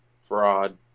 Fraud